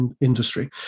industry